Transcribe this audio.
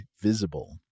Visible